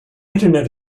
internet